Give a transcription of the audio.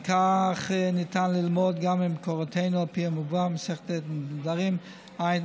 על כך ניתן ללמוד גם ממקורותינו על פי המובא במסכת נדרים דף ע',